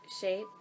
shape